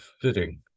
fitting